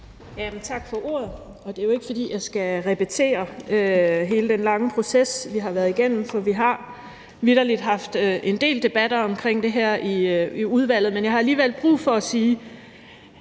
Tak for ordet. Det er jo ikke, fordi jeg skal repetere den lange proces, vi har været igennem, for vi har vitterlig haft en del debat omkring det her i udvalget. Men jeg har alligevel brug for at sige,